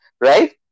right